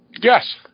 Yes